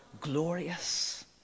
glorious